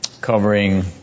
covering